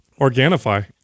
Organifi